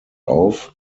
auf